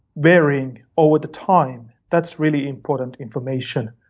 varying over the time, that's really important information.